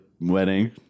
wedding